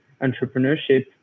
entrepreneurship